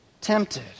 tempted